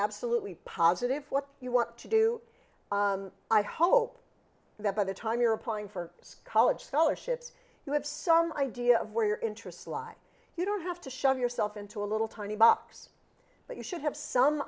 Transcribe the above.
absolutely positive what you want to do i hope that by the time you're applying for college scholarships you have some idea of where your interests lie you don't have to shove yourself into a little tiny box but you should have some